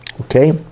Okay